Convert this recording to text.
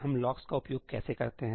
हम लॉक्स का उपयोग कैसे करते हैं